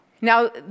Now